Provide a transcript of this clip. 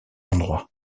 endroit